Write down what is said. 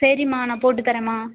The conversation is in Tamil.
சரிம்மா நான் போட்டு தரன்ம்மா